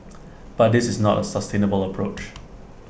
but this is not A sustainable approach